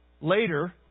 Later